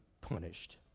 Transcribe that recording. punished